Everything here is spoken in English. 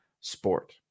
sport